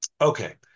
okay